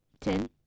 Ten